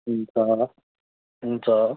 हुन्छ हुन्छ